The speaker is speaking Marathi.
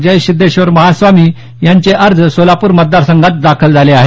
जयसिध्देश्वर महास्वामी यांचे अर्ज सोलापूर मतदार संघात दाखल झाले आहेत